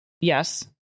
Yes